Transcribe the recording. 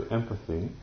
empathy